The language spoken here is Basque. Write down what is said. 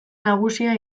nagusia